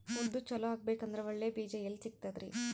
ಉದ್ದು ಚಲೋ ಆಗಬೇಕಂದ್ರೆ ಒಳ್ಳೆ ಬೀಜ ಎಲ್ ಸಿಗತದರೀ?